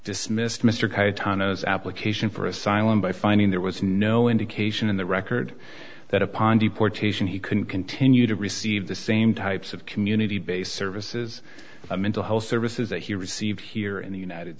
as application for asylum by finding there was no indication in the record that upon deportation he couldn't continue to receive the same types of community based services mental health services that he received here in the united